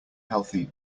healthy